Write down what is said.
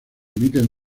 emiten